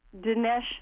Dinesh